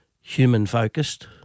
human-focused